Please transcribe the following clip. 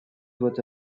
doit